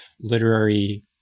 literary